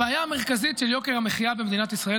הבעיה המרכזית של יוקר המחיה במדינת ישראל,